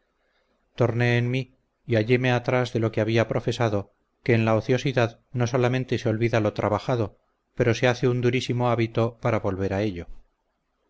torné en mí y halléme atrás de lo que había profesado que en la ociosidad no solamente se olvida lo trabajado pero se hace un durísimo hábito para volver a ello